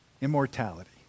immortality